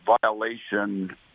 violation